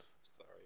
Sorry